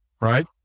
right